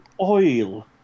oil